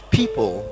people